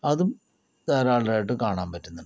അതും ധാരാളമായിട്ട് കാണാൻ പറ്റുന്നുണ്ട്